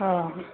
हँ